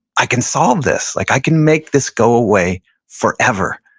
i can solve this, like i can make this go away forever.